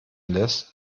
lässt